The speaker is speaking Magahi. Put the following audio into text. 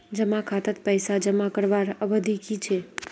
जमा खातात पैसा जमा करवार अवधि की छे?